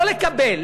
לא לקבל,